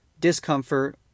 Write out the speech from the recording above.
discomfort